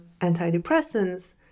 antidepressants